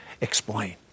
Explain